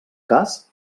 cas